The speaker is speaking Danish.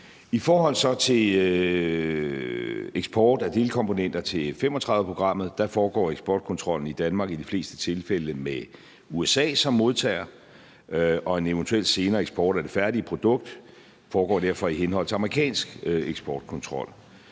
I forhold til eksport af delkomponenter til F-35-programmet foregår eksportkontrollen i Danmark i de fleste tilfælde med USA som modtager, og en eventuel senere eksport af det færdige produkt foregår derfor i henhold til amerikansk eksportkontrol.